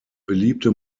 beliebte